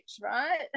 right